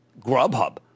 Grubhub